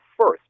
first